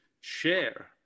share